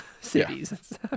cities